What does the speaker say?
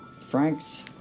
Frank's